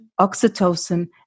oxytocin